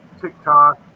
TikTok